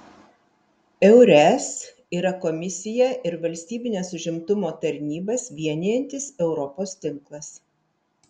eures yra komisiją ir valstybines užimtumo tarnybas vienijantis europos tinklas